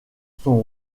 sont